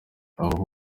aho